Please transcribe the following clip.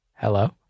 Hello